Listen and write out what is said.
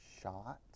shot